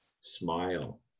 smile